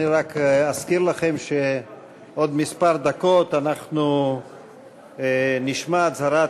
אני רק אזכיר לכם שבעוד כמה דקות אנחנו נשמע הצהרת